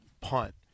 Punt